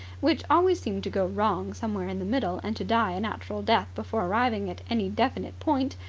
which always seemed to go wrong somewhere in the middle and to die a natural death before arriving at any definite point,